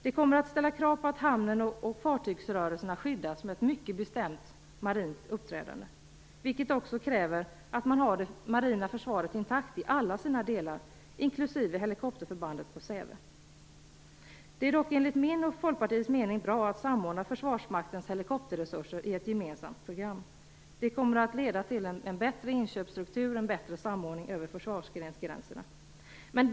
Det kommer att ställa krav på att hamnen och fartygsrörelserna skyddas med ett mycket bestämt marint uppträdande. Det kräver att man har det marina försvaret intakt i alla sina delar, inklusive helikopterförbandet på Säve. Det är dock enligt min och Folkpartiets mening bra att samordna Försvarsmaktens helikopterresurser i ett gemensamt program. Det kommer att leda till en bättre inköpsstruktur och en bättre samordning över försvarsgränserna.